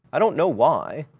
i don't know why.